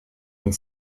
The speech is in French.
une